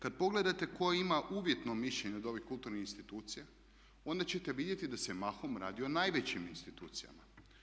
Kada pogledate tko ima uvjetno mišljenje od ovih kulturnih institucija onda ćete vidjeti da se mahom radi o najvećim institucijama.